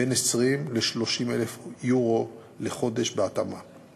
בין 20,000 ל-30,000 יורו לילד לחודש, בהתאמה.